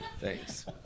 Thanks